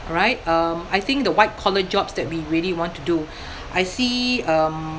right um I think the white collar jobs that we really want to do I see um